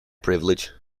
privilege